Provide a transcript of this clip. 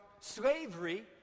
slavery